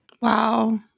Wow